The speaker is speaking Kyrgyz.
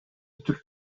түрк